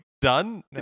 done